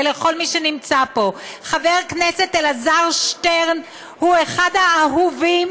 ולכל מי שנמצא פה: חבר הכנסת אלעזר שטרן הוא אחד האהובים